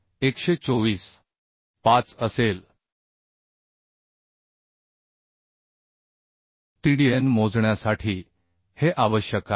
5असेल Tdn मोजण्यासाठी हे आवश्यक आहे